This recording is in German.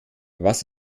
was